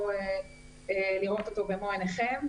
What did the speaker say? לראות אותו במו עיניכם.